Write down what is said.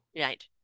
Right